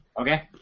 Okay